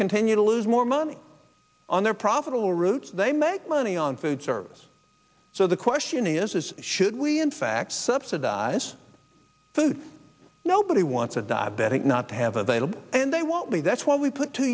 continue to lose more money on their profitable routes they make money on food service so the question is is should we in fact subsidize food nobody wants a diabetic not to have available and they won't be that's why we put two